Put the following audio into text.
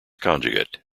conjugate